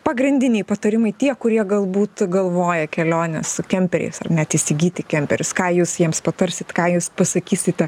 pagrindiniai patarimai tie kurie galbūt galvoja keliones su kemperiais ar net įsigyti kemperis ką jūs jiems patarsit ką jūs pasakysite